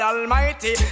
Almighty